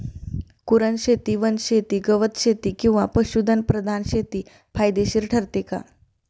कुरणशेती, वनशेती, गवतशेती किंवा पशुधन प्रधान शेती फायदेशीर ठरते का?